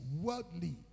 worldly